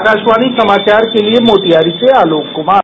आकाशवाणी समाचार के लिए मोतिहारी से आलोक कुमार